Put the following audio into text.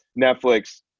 Netflix